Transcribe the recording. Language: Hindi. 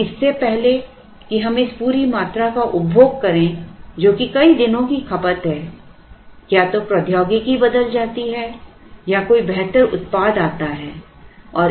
और इससे पहले कि हम इस पूरी मात्रा का उपभोग करें जो कि कई दिनों की खपत है या तो प्रौद्योगिकी बदल जाती है या कोई बेहतर उत्पाद आता है